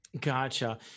Gotcha